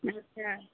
अच्छा